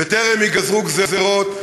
בטרם ייגזרו גזירות,